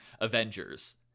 Avengers